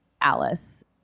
Alice